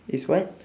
is what